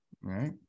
right